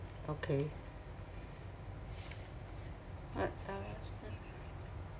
okay what